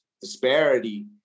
disparity